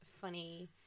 funny